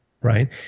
right